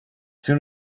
soon